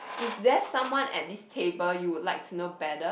if there someone at this table you would like to know better